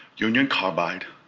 union carbide,